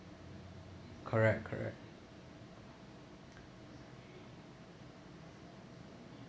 correct correct